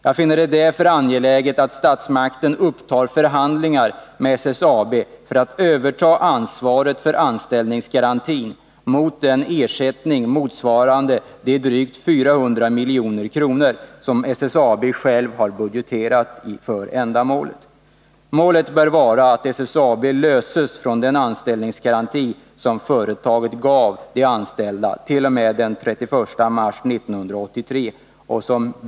Jag finner det därför angeläget att statsmakten upptar förhandlingar med SSAB för att överta ansvaret för anställningsgarantin mot en ersättning motsvarande de drygt 400 milj.kr. som SSAB självt har budgeterat för ändamålet. Målet bör vara att SSAB löses från den anställningsgaranti som företaget gav de anställda t.o.m. den 31 mars 1983.